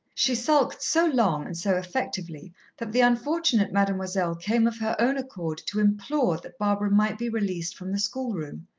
she sulked so long and so effectively that the unfortunate mademoiselle came of her own accord to implore that barbara might be released from the schoolroom.